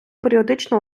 періодично